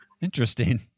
Interesting